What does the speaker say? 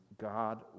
God